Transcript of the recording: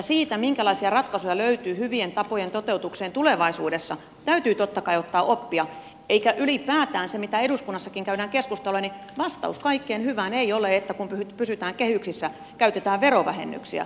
siitä minkälaisia ratkaisuja löytyy hyvien tapojen toteutukseen tulevaisuudessa täytyy totta kai ottaa oppia eikä ylipäätänsä mistä eduskunnassakin käydään keskusteluja vastaus kaikkeen hyvään ole että kun pysytään kehyksissä käytetään verovähennyksiä